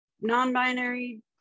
non-binary